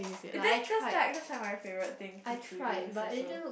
it's that just like is my favorite thing to to use also